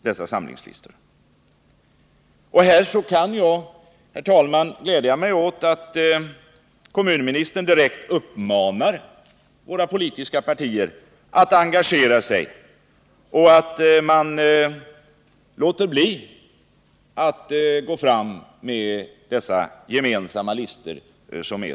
Här kan jag 57 att öka deltagandet i kyrkovalen glädja mig åt att kommunministern direkt uppmanar våra politiska partier att engagera sig och att låta bli att gå fram med gemensamma listor.